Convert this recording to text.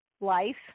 life